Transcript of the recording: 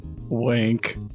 Wink